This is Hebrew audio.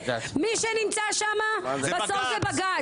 מי שנמצא שמה בסוף זה בג"צ,